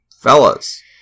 Fellas